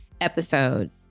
episode